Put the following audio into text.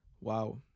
Wow